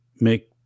make